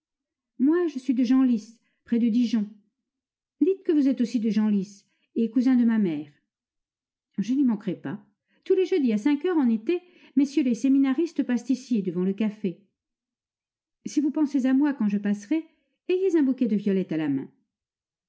moi je suis de genlis près de dijon dites que vous êtes aussi de genlis et cousin de ma mère je n'y manquerai pas tous les jeudis à cinq heures en été mm les séminaristes passent ici devant le café si vous pensez à moi quand je passerai ayez un bouquet de violettes à la main